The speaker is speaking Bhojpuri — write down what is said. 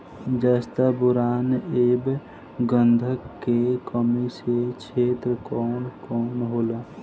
जस्ता बोरान ऐब गंधक के कमी के क्षेत्र कौन कौनहोला?